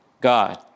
God